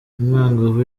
umwangavu